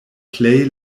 plej